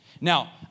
Now